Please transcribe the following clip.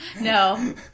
No